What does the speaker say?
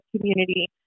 community